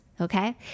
okay